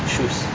shoes